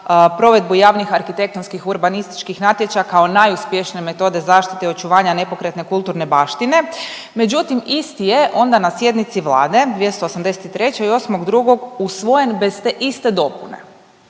provedbu javnih arhitektonskih urbanističkih natječaja kao najuspješnije metode zaštite i očuvanja nepokretne kulturne baštine, međutim, isti je onda na sjednici Vlade 283., 8.2. usvojen bez te iste dopune.